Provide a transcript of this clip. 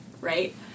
Right